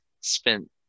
spent